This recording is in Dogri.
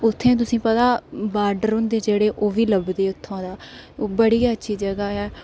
उत्थै तुसें ई पता बॉर्डर होंदे जेह्ड़े ओह्बी लभदे उत्थूं दा ओह् बड़ी गै अच्छी जगह ऐ